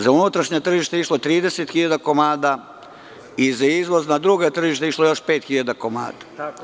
Za unutrašnje tržište je išlo 30 hiljada komada i za izvoz na druga tržišta je išlo još pet hiljada komada.